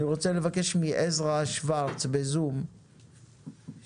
אני רוצה לבקש מעזרא שוורץ בזום ששכל